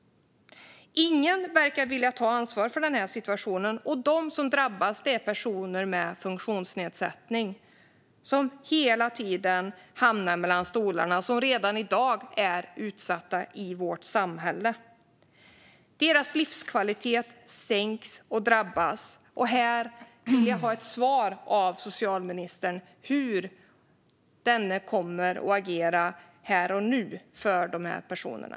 Ingen verkar vilja ta ansvar för situationen. De som drabbas är personer med funktionsnedsättning, som hela tiden hamnar mellan stolarna och som redan i dag är utsatta i vårt samhälle. Deras livskvalitet sänks och drabbas. Jag vill ha ett svar av socialministern på hur hon kommer att agera här och nu för de här personerna.